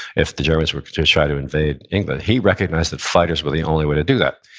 if the germans were to to try to invade england, he recognized that fighters were the only way to do that.